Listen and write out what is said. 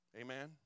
Amen